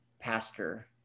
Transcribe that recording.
pastor